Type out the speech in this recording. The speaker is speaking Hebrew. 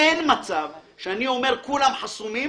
אין מצב שאני אומר כולם חסומים,